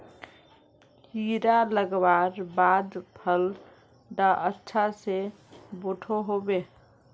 कीड़ा लगवार बाद फल डा अच्छा से बोठो होबे?